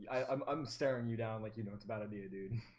i'm um staring you down like you know it's about india, dude